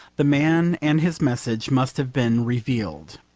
the man and his message must have been revealed.